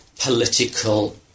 political